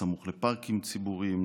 בסמוך לפארקים ציבוריים,